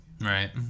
right